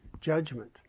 judgment